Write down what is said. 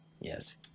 Yes